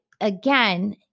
again